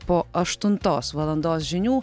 po aštuntos valandos žinių